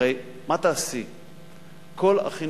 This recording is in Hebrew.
הרי מה תעשי?